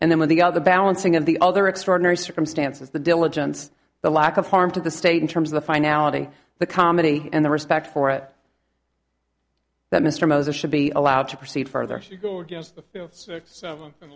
and then when they got the balancing of the other extraordinary circumstances the diligence the lack of harm to the state in terms of the finality the comedy and the respect for it that mr moses should be allowed to proceed further so